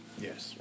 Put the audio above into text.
Yes